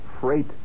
freight